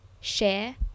share